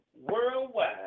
worldwide